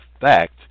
fact